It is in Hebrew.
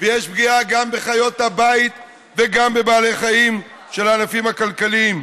ויש פגיעה גם בחיות הבית וגם בבעלי חיים של הענפים הכלכליים.